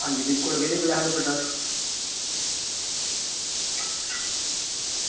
हां जी बिलकुल गुड हेल्थ